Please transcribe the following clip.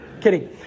Kidding